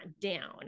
down